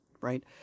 right